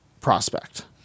prospect